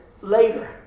later